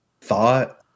Thought